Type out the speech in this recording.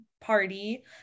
party